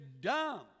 dumb